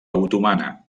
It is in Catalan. otomana